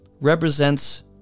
represents